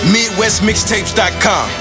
MidwestMixtapes.com